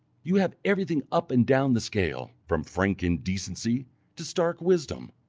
you have everything up and down the scale, from frank indecency to stark wisdom.